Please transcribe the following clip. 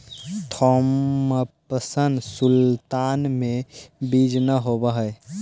Thompson sultana में बीज न होवऽ हई